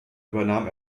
übernahm